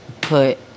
put